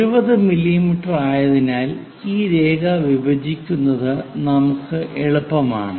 70 millimetre ആയതിനാൽ ഈ രേഖ വിഭജിക്കുന്നത് നമുക്ക് എളുപ്പമാണ്